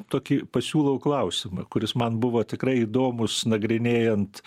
tokį pasiūlau klausimą kuris man buvo tikrai įdomus nagrinėjant